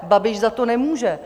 Babiš za to nemůže.